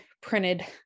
printed